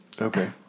okay